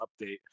update